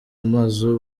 amazu